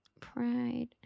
pride